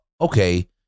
okay